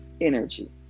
energy